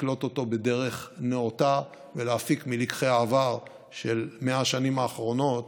לקלוט אותו בדרך נאותה ולהפיק מלקחי העבר של 100 השנים האחרונות